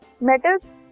Metals